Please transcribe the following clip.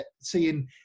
seeing